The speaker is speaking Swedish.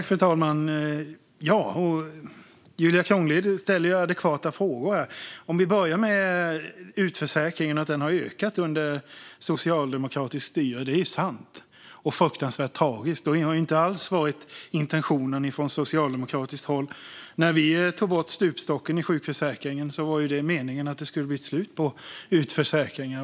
Fru talman! Julia Kronlid ställer adekvata frågor här. Om vi börjar med att utförsäkringen har ökat under socialdemokratiskt styre är det sant och fruktansvärt tragiskt. Det har inte alls varit intentionen från socialdemokratiskt håll. När vi tog bort stupstocken i sjukförsäkringen var det meningen att det skulle bli ett slut på utförsäkringar.